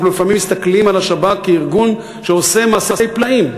אנחנו לפעמים מסתכלים על השב"כ כארגון שעושה מעשי פלאים,